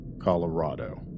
Colorado